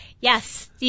Yes